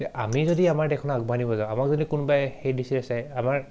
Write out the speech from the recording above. আমি যদি আমাৰ দেশখনক আগবাঢ়িব নিব যাওঁ আমাৰ যদি কোনোবাই সেই দৃষ্টিৰে চাই আমাৰ